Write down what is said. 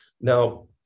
Now